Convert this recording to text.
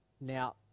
Now